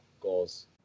goals